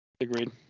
Agreed